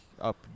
up